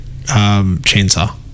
chainsaw